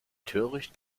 töricht